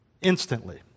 instantly